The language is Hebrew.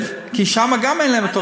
כי גם שם אין להם את הרופאים.